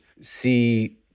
see